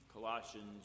Colossians